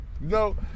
No